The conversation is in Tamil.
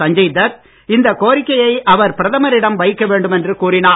சஞ்சய் தத் இந்த கோரிக்கையை அவர் பிரதமரிடம் வைக்க வேண்டுமென்று கூறினார்